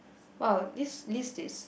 !wow! this list is